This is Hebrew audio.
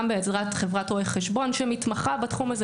גם בעזרת חברת רואי חשבון שמתמחה בתחום הזה